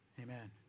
amen